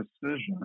decision